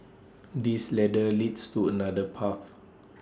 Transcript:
this ladder leads to another path